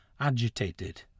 agitated